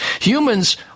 humans